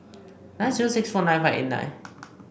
nine zero six four nine five eight nine